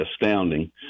astounding